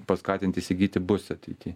paskatinti įsigyti bus ateity